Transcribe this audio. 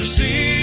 see